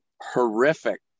horrific